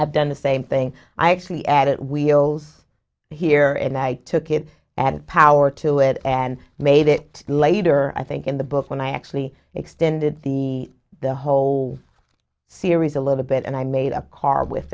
i've done the same thing i actually added wheels here and i took it and power to it and made it later i think in the book when i actually extended the the whole series a little bit and i made a car with